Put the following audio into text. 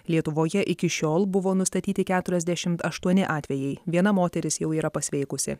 lietuvoje iki šiol buvo nustatyti keturiasdešimt aštuoni atvejai viena moteris jau yra pasveikusi